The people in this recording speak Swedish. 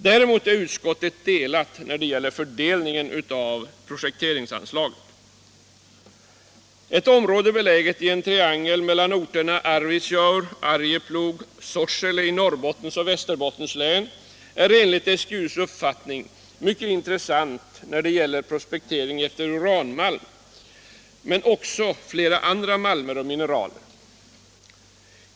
Däremot är utskottet delat när det gäller fördelningen av projekteringsanslaget. Ett område beläget i en triangel mellan orterna Arvidsjaur, Arjeplog och Sorsele i Norrbottens och Västerbottens län är enligt STU:s uppfattning mycket intressant när det gäller prospektering efter uranmalm men också flera andra malmer och mineraler.